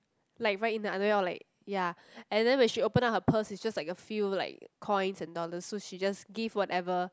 like right in the underwear or like ya and then when she open up her purse it's just like a few like coins and all those so she just give whatever